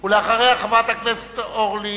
אחריו חברת הכנסת אורלי